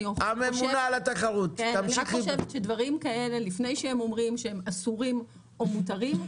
אני רק חושבת שדברים כאלה לפני שהם אומרים שהם אסורים או מותרים,